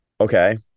okay